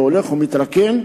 והולך ומתרוקן,